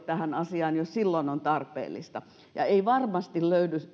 tähän asiaan jos silloin on tarpeellista ei varmasti